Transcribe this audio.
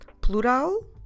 Plural